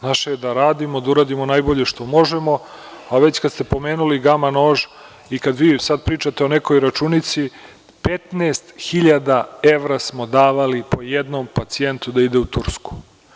Naše je da radimo, da uradimo najbolje što možemo, a već kad ste pomenuli gama nož i kada vi sad pričate o nekoj računici, 15 hiljada evra smo davali po jednom pacijentu da ide u Tursku.